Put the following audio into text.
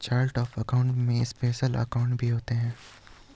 chart of account में special account भी होते हैं